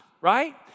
right